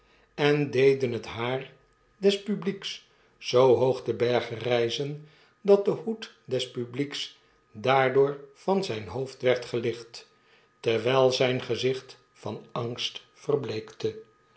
en deden het haar des publieks zoo hoog te berge rpzen dat de hoed des publieks daardoor van zyn hoofd werd gelicht terwyl zjn gezicht van angst verbleekte